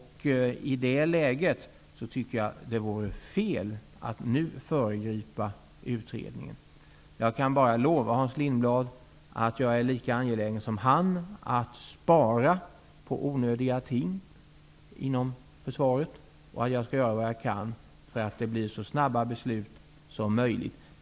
I det läget tycker jag att det vore fel att nu föregripa utredningen. Jag kan bara lova Hans Lindblad att jag är lika angelägen som han om att spara på onödiga ting inom försvaret. Jag skall göra vad jag kan för att det fattas beslut så snabbt som möjligt.